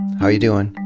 how're you doing?